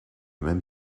même